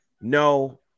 no